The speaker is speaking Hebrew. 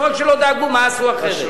לא רק שלא דאגו, עשו אחרת.